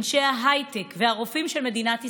אנשי ההייטק והרופאים של מדינת ישראל.